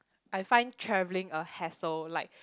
I find travelling a hassle like